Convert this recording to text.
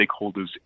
stakeholders